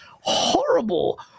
horrible